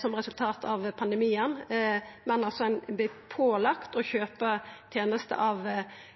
som resultat av pandemien, men ein vert pålagt å kjøpa tenester av